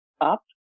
up